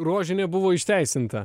rožinė buvo išteisinta